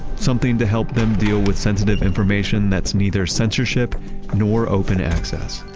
something to help them deal with sensitive information that's neither censorship nor open access